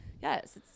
Yes